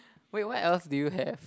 wait what else do you have